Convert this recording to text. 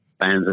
fans